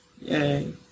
Yay